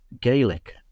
Gaelic